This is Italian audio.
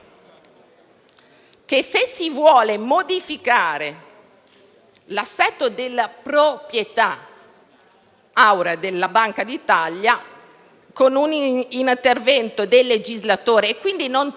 che, se si vuole modificare l'assetto della proprietà aurea della Banca d'Italia con un intervento del legislatore - per cui non si toglie al Parlamento